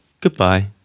Goodbye